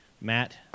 Matt